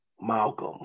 Malcolm